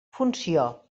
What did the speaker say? funció